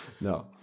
No